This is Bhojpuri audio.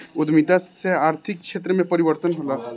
उद्यमिता से आर्थिक क्षेत्र में परिवर्तन होला